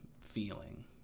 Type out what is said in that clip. feeling